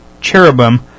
cherubim